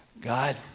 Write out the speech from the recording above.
God